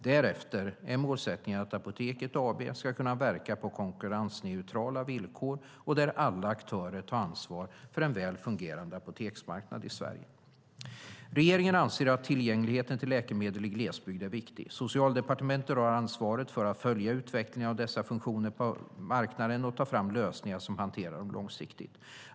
Därefter är målsättningen att Apoteket AB ska kunna verka på konkurrensneutrala villkor där alla aktörer tar ansvar för en väl fungerande apoteksmarknad i Sverige. Regeringen anser att tillgängligheten till läkemedel i glesbygd är viktig. Socialdepartementet har ansvaret för att följa utvecklingen av dessa funktioner på marknaden och ta fram lösningar som hanterar dem långsiktigt.